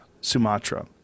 Sumatra